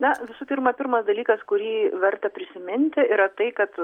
na visų pirma pirmas dalykas kurį verta prisiminti yra tai kad